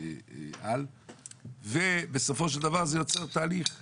על ובסופו של דבר זה יוצר תהליך מסובך.